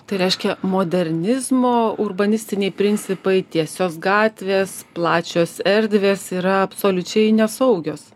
tai reiškia modernizmo urbanistiniai principai tiesios gatvės plačios erdvės yra absoliučiai nesaugios